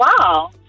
wow